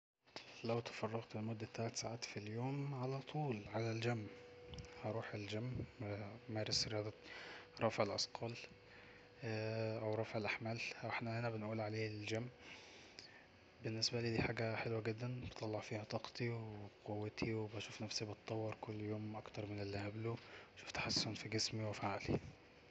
"لو تفرغت لمده تلات ساعات في اليوم علطول على الجيم هروح على الجيم أمارس رياضة رفع الأثقال او رفع الاحمال هو احنا هنا بنقول عليه الجيم بالنسبالي دي حاجة حلوة جدا بطلع فيها طاقتي وقوتي وبشوف نفسي بتطور كل يوم اكتر من اللي قبل وفي تحسن في جسمي وفي عقلي"